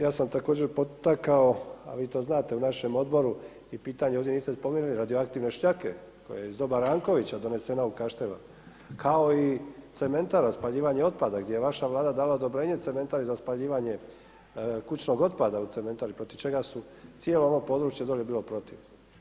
Ja sam također potakao a vi to znate u našem odboru i pitanje ovdje niste ni spomenuli radioaktivne … koje iz doba Rankovića donesena u Kaštala kao i cementara, spaljivanje otpada gdje je vaša Vlada dala odobrenje cementari za spaljivanje kućnog otpada u cementari protiv čega su, cijelo ovo područje dolje bilo protiv.